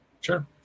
Sure